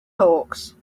hawks